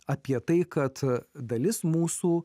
apie tai kad dalis mūsų